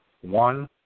One